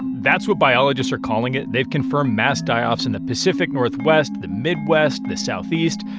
that's what biologists are calling it. they've confirmed mass die-offs in the pacific northwest, the midwest, the southeast.